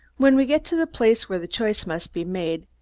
when we get to the place where the choice must be made,